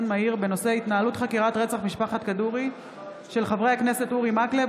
מהיר בהצעתם של חברי הכנסת אורי מקלב,